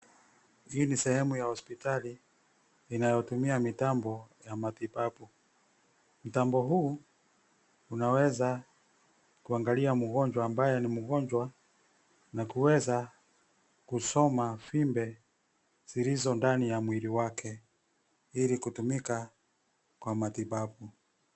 Hii ni sehemu ya hospitali inayo tumia mitambo ya matibabu. Mtambo huu unaweza kuangalia mgonjwa ambye ni mgonjwa na kuweza kusoma vimbe zilizo ndani ya mwili wake ili kutumika kwa matibabu.